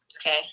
Okay